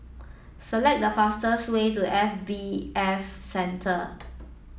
select the fastest way to F B F Center